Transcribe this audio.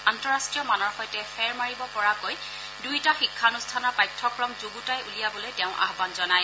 আন্তঃৰাষ্ট্য় মানৰ সৈতে ফেৰ মাৰিব পৰাকৈ দুয়োটা শিক্ষানুষ্ঠানৰ পাঠ্যক্ৰম যুগুতাই উলিয়াবলৈ তেওঁ আয়ান জনায়